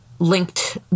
linked